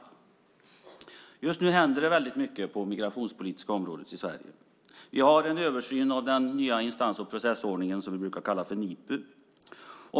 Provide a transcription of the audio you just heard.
Just nu händer mycket på det migrationspolitiska området i Sverige. Vi har en översyn av den nya instans och processordningen som vi brukar kalla NIPU.